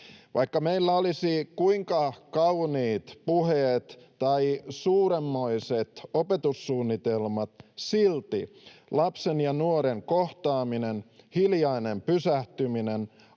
Vaikka meillä olisi kuinka kauniit puheet tai suurenmoiset opetussuunnitelmat, silti lapsen ja nuoren kohtaaminen, hiljainen pysähtyminen,